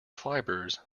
fibres